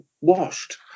washed